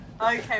okay